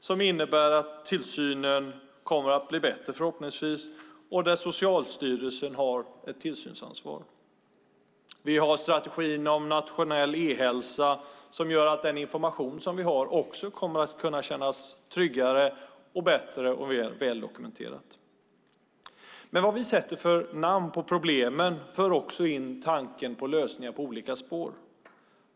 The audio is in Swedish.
Den innebär att tillsynen förhoppningsvis kommer att bli bättre. Där har Socialstyrelsen ett tillsynsansvar. Vi har strategin om nationell e-hälsa, som gör att den information vi har också kommer att kännas tryggare och bättre och att dokumentationen blir bättre. Men det namn vi sätter på problemen leder också in tanken på lösningar på olika spår.